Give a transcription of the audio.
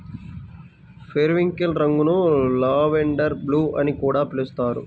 periwinkle రంగును lavender blue అని కూడా పిలుస్తారు